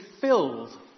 filled